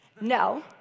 No